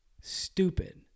stupid